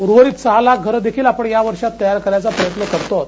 उर्वरीत सहा लाख घरं देखिल आपण यावर्षात तयार करण्याचा प्रयत्न करतो आहोत